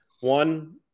One